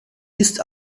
ist